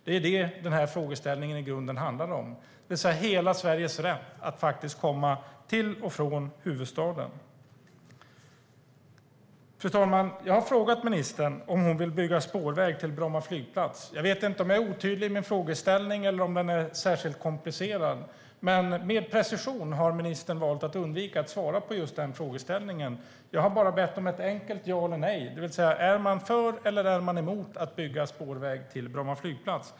Det är det frågan handlade om i grunden, det vill säga hela Sveriges rätt att komma till och från huvudstaden. Fru talman! Jag har frågat ministern om hon vill bygga spårväg till Bromma flygplats. Jag vet inte om min frågeställning är otydlig eller om den är särskilt komplicerad. Men ministern har valt att med precision undvika att svara på just den frågan. Jag har bara bett om ett enkelt ja eller nej. Är man för eller emot att bygga spårväg till Bromma flygplats?